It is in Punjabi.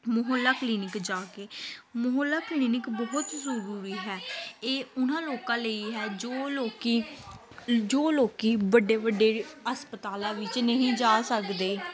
ਮੁਹੱਲਾ ਕਲੀਨਿਕ ਜਾ ਕੇ ਮੁਹੱਲਾ ਕਲੀਨਿਕ ਬਹੁਤ ਜ਼ਰੂਰੀ ਹੈ ਇਹ ਉਹਨਾਂ ਲੋਕਾਂ ਲਈ ਹੈ ਜੋ ਲੋਕੀ ਜੋ ਲੋਕ ਵੱਡੇ ਵੱਡੇ ਹਸਪਤਾਲਾਂ ਵਿੱਚ ਨਹੀਂ ਜਾ ਸਕਦੇ